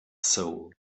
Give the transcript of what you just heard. soul